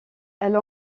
elle